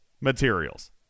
materials